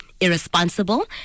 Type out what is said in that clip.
irresponsible